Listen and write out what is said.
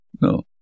No